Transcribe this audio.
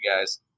guys